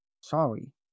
Sorry